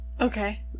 Okay